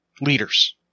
leaders